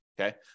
okay